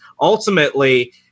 ultimately